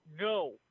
No